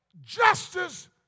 justice